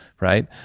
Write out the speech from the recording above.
right